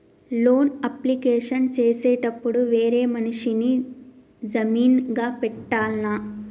Loan application చేసేటప్పుడు వేరే మనిషిని జామీన్ గా పెట్టాల్నా?